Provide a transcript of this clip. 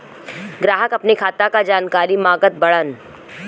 ग्राहक अपने खाते का जानकारी मागत बाणन?